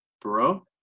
Bro